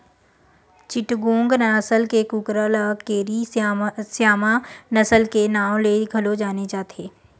चिटगोंग नसल के कुकरा ल केरी स्यामा नसल के नांव ले घलो जाने जाथे